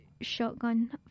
shotgun